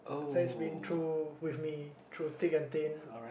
Zaid has been through with me through thick and thin